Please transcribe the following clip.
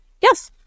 Yes